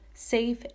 safe